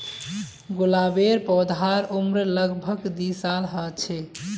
गुलाबेर पौधार उम्र लग भग दी साल ह छे